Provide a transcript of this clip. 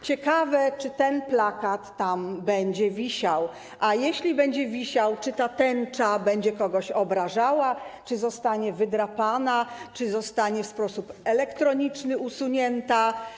Ciekawe, czy ten plakat tam będzie wisiał, a jeśli będzie wisiał, czy ta tęcza będzie kogoś obrażała, czy zostanie wydrapana, czy zostanie w sposób elektroniczny usunięta.